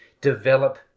develop